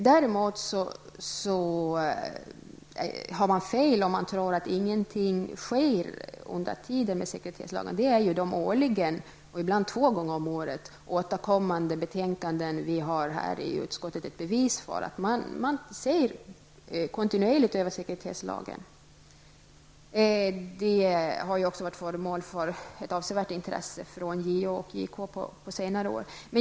Däremot har man fel om man tror att ingenting sker under tiden med sekretesslagen. Det är de årligen och ibland två gånger om året återkommande betänkandena i utskottet ett bevis för. Man ser kontinuerligt över sekretesslagen. Den har också varit föremål för ett avsevärt intresse från JO och JK på senare år.